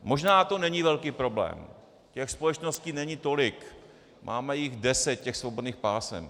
Možná to není velký problém, těch společností není tolik, máme deset svobodných pásem.